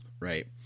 Right